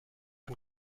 von